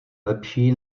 lepší